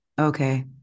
Okay